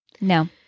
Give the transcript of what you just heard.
No